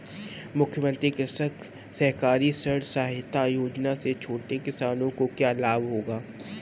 मुख्यमंत्री कृषक सहकारी ऋण सहायता योजना से छोटे किसानों को क्या लाभ होगा?